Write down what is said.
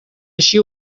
així